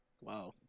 Wow